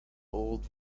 old